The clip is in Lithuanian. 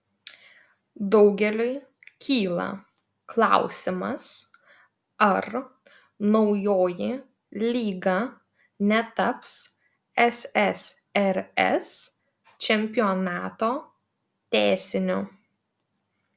daugeliui kyla klausimas ar naujoji lyga netaps ssrs čempionato tęsiniu